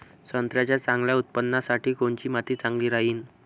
संत्र्याच्या चांगल्या उत्पन्नासाठी कोनची माती चांगली राहिनं?